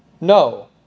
No